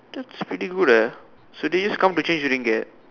that's pretty good eh so they just come to change Ringgit